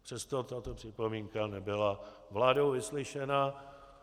Přesto tato připomínka nebyla vládou vyslyšena.